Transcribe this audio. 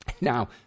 Now